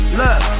look